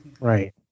Right